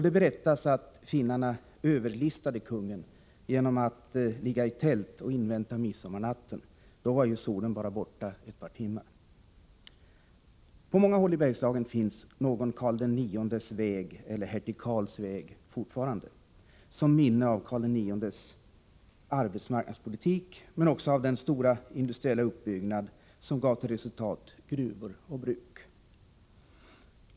Det berättas att finnarna överlistade kungen genom att ligga i tält och invänta midsommaren, då solen ju bara var borta ett par timmar. På många håll i Bergslagen finns det fortfarande någon Karl IX:s väg eller Hertig Karls väg, som minne av hans arbetsmarknadspolitik men också av den stora industriella uppbyggnad som gav till resultat gruvor och bruk.